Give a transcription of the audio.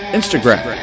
Instagram